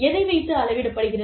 எதை வைத்து அளவிடப்படுகிறது